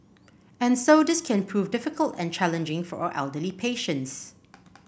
and so this can prove difficult and challenging for our elderly patients